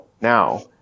now